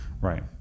Right